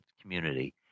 community